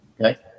Okay